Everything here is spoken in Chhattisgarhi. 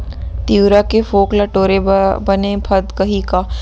तिंवरा के फोंक ल टोरे म बने फदकही का?